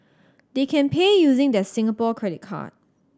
they can pay using their Singapore credit card